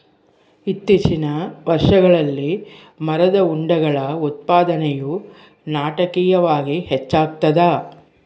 ಇತ್ತೀಚಿನ ವರ್ಷಗಳಲ್ಲಿ ಮರದ ಉಂಡೆಗಳ ಉತ್ಪಾದನೆಯು ನಾಟಕೀಯವಾಗಿ ಹೆಚ್ಚಾಗ್ತದ